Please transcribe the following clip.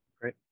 Great